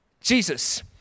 Jesus